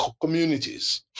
communities